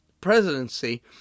presidency